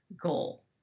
goal